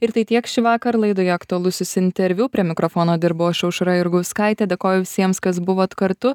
ir tai tiek šįvakar laidoje aktualusis interviu prie mikrofono dirbau aš aušra jurgauskaitė dėkoju visiems kas buvot kartu